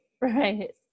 Right